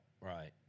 Right